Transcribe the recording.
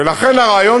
ולכן, הרעיון